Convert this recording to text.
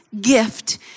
gift